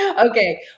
Okay